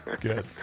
Good